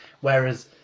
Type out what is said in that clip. Whereas